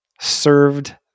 served